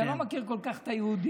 אתה לא מכיר כל כך את היהודים.